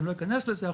אני לא אכנס לזה עכשיו,